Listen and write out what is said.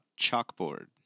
chalkboard